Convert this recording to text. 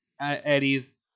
Eddie's